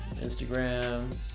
Instagram